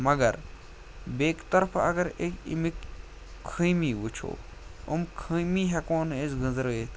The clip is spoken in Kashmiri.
مگر بیٚکہِ طرفہٕ اگر اَمِکۍ خٲمی وٕچھو یِم خٲمی ہٮ۪کو نہٕ أسۍ گٔنٛزرٲیِتھ کیٚںٛہہ